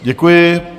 Děkuji.